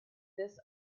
this